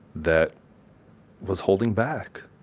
that was holding back.